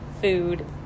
food